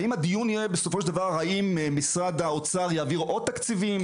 האם הדיון יהיה בסופו של דבר האם משרד האוצר יעביר עוד תקציבים?